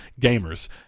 gamers